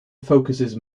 focuses